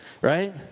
Right